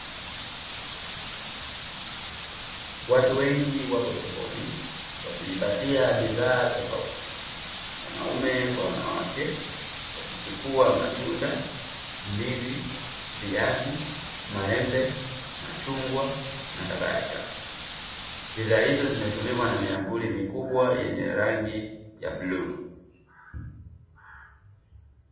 Watu wengi wapo sokoni, wakijipatia bidhaa tofauti, wanaume kwa wanawake, wakichukua: matunda, ndizi, viazi, maembe, machungwa na kadhalika. Bidhaa hizo zimefunikwa na miamvuli mikubwa yenye rangi ya bluu.